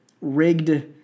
rigged